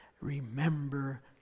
remember